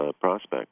prospect